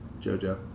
JoJo